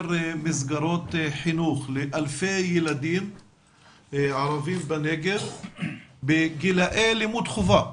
מסגרות חינוך לאלפי ילדים ערבים בנגב בגילאי לימוד חובה,